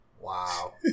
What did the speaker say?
Wow